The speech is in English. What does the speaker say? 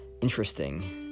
interesting